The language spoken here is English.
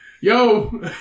Yo